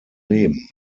leben